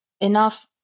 enough